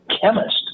chemist